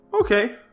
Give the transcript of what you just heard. Okay